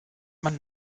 man